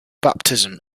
baptism